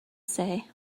say